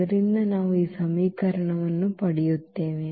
ಆದ್ದರಿಂದ ನಾವು ಈ ಸಮೀಕರಣವನ್ನು ಪಡೆಯುತ್ತೇವೆ